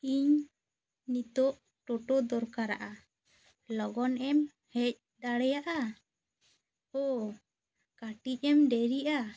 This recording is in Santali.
ᱤᱧ ᱱᱤᱛᱚᱜ ᱴᱚᱴᱚ ᱫᱚᱨᱠᱟᱨᱟᱜᱼᱟ ᱞᱚᱜᱚᱱᱮᱢ ᱦᱮᱡ ᱫᱟᱲᱮᱭᱟᱜᱼᱟ ᱚᱸᱻ ᱠᱟᱹᱴᱤᱡ ᱮᱢ ᱫᱮᱨᱤᱜᱼᱟ